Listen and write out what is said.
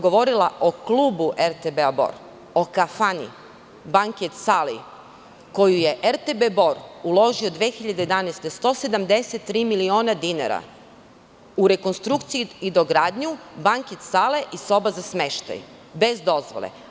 Govorila sam o klubu RTB Bor, o kafani, banket sali, u koju je RTB Bor uložio 2011. godine 173.000.000 dinara za rekonstrukciji i dogradnju banket sale i soba za smeštaj, bez dozvole.